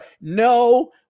No